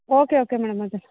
okay okay madam ಆಯ್ತು